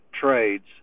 trades